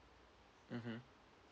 mmhmm